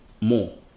more